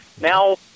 Now